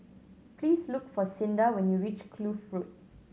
please look for Cinda when you reach Kloof Road